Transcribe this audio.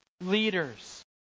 leaders